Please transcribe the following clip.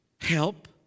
help